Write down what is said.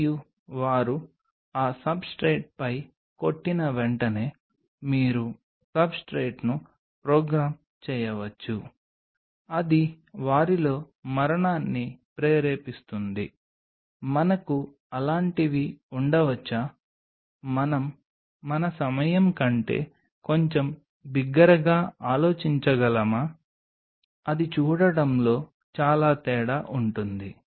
మరియు వారు ఆ సబ్స్ట్రేట్పై కొట్టిన వెంటనే మీరు సబ్స్ట్రేట్ను ప్రోగ్రామ్ చేయవచ్చు అది వారిలో మరణాన్ని ప్రేరేపిస్తుంది మనకు అలాంటివి ఉండవచ్చా మనం మన సమయం కంటే కొంచెం బిగ్గరగా ఆలోచించగలమా అది చూడటంలో చాలా తేడా ఉంటుంది